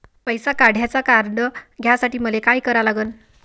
पैसा काढ्याचं कार्ड घेण्यासाठी मले काय करा लागन?